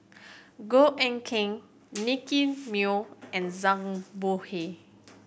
Goh Eck Kheng Nicky Moey and Zhang Bohe